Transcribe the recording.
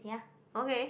okay